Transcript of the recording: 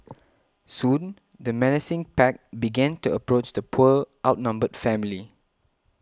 soon the menacing pack began to approach the poor outnumbered family